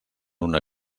una